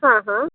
ಹಾಂ ಹಾಂ